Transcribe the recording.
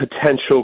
potential